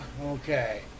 okay